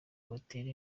batera